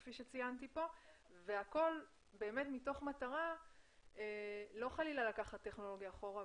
הכול מתוך מטרה לא חלילה לקחת את הטכנולוגיה אחרת,